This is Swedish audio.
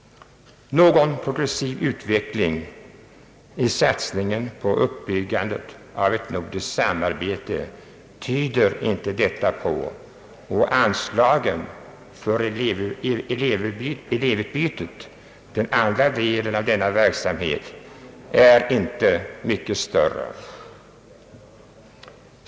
Någon progressiv utveckling av satsningen på uppbyggandet av ett nordiskt samarbete tyder inte detta på, och anslagen till elevutbytet — den andra delen av denna verksamhet — är inte mycket större.